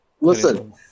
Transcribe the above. listen